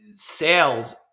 Sales